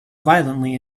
violently